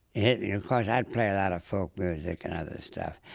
it hit me. of course, i'd play a lot of folk music and other stuff.